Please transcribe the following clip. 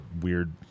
weird